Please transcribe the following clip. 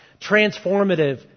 transformative